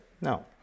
No